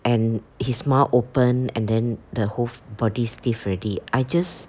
and he mouth open and then the whole body stiff already I just